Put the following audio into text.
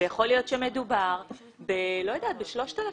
ויכול להיות שמדובר ב-3,000.